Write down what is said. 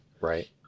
Right